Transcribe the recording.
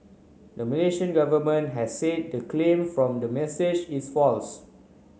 the Malaysian government has said the claim from the message is false